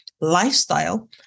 lifestyle